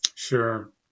Sure